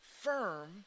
firm